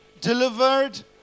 delivered